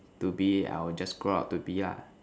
to be I will just grow up to be lah